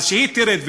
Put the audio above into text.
שהיא תרד,